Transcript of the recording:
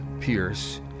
Pierce